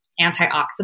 antioxidant